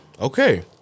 Okay